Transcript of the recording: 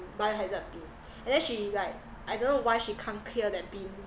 by has the bin and then she like I don't know why she can't clear that bin